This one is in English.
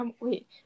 Wait